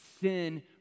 Sin